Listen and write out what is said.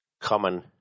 common